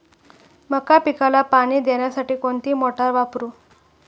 मका पिकाला पाणी देण्यासाठी कोणती मोटार वापरू?